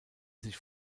sich